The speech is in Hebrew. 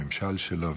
או הממשל שלו,